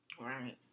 right